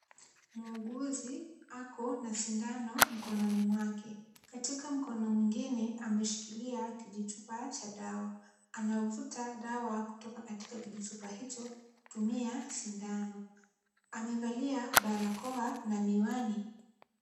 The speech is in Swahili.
Muuguzi ako na sindano mkononi mwake katika mkono mwingine, ameshikilia kijichupa cha dawa, anavuta dawa kutoka katika kijichupa hicho kutumia sindano. Amevalia barakoa na miwani.